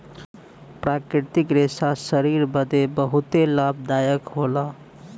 प्राकृतिक रेशा शरीर बदे बहुते लाभदायक होला